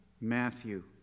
Matthew